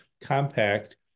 compact